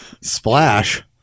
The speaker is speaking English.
splash